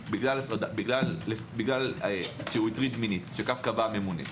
כי הטריד מינית, כי כך קבע הממונה.